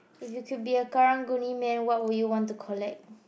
if you to be a Karang-Guni man what would you want to collect